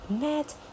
met